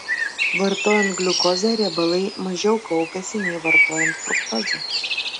vartojant gliukozę riebalai mažiau kaupiasi nei vartojant fruktozę